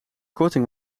korting